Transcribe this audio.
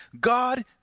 God